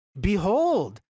Behold